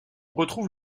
retrouve